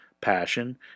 Passion